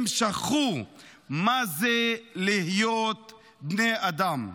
הם שכחו מה זה להיות בני אדם.